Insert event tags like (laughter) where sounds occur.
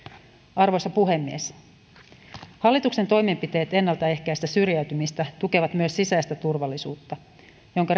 arvoisa puhemies hallituksen toimenpiteet ennaltaehkäistä syrjäytymistä tukevat myös sisäistä turvallisuutta jonka (unintelligible)